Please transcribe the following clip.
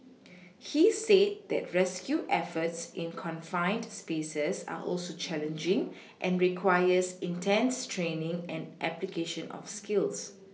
he said that rescue efforts in confined spaces are also challenging and requires intense training and application of skills